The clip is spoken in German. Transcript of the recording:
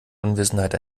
unwissenheit